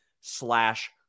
slash